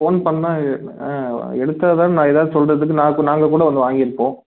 phone பண்ணால் ஆ எடுத்தால் தான் நான் ஏதாவது சொல்கிறதுக்கு நாக் நாங்கள் கூட வந்து வாங்கிருப்போம்